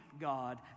God